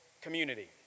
community